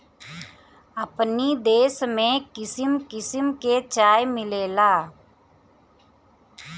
अपनी देश में किसिम किसिम के चाय मिलेला